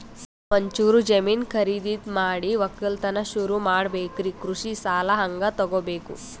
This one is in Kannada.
ನಾ ಒಂಚೂರು ಜಮೀನ ಖರೀದಿದ ಮಾಡಿ ಒಕ್ಕಲತನ ಸುರು ಮಾಡ ಬೇಕ್ರಿ, ಕೃಷಿ ಸಾಲ ಹಂಗ ತೊಗೊಬೇಕು?